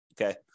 Okay